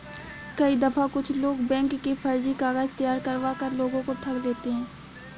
कई दफा कुछ लोग बैंक के फर्जी कागज तैयार करवा कर लोगों को ठग लेते हैं